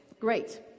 Great